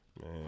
man